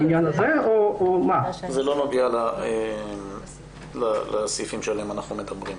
זה לא נוגע לסעיפים שעליהם אנחנו מדברים.